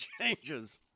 changes